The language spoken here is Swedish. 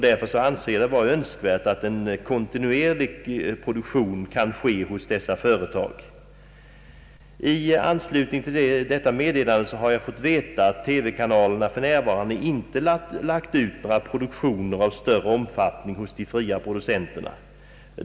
Därför måste det vara önskvärt att en kontinuerlig produktion kan ske hos dessa företag. I anslutning till detta meddelande har jag fått veta att TV-kanalerna för närvarande inte lagt ut några produktioner av större omfattning hos de fria producenterna.